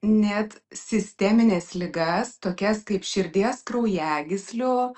net sistemines ligas tokias kaip širdies kraujagyslių